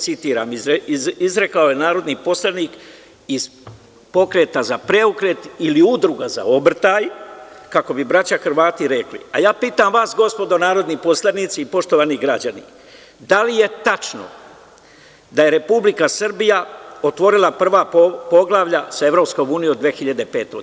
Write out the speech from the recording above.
Citiram izrekao je narodni poslanik iz Pokreta za preokret ili „udruga za obrtaj“ kako bi braća Hrvati rekli, a ja pitam vas gospodo narodni poslanici i poštovani građani, da li je tačno da je Republika Srbija otvorila prva poglavlja sa EU 2005. godine?